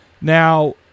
Now